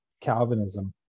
Calvinism